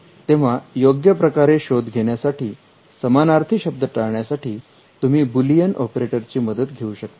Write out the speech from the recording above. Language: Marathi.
तेव्हा योग्य प्रकारे शोध घेण्यासाठी समानार्थी शब्द टाळण्यासाठी तुम्ही बुलियन ऑपरेटरची मदत घेऊ शकता